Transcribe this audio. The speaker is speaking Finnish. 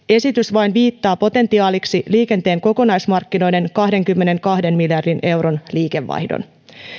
esitys vain viittaa potentiaaliksi liikenteen kokonaismarkkinoiden kahdenkymmenenkahden miljardin euron liikevaihdon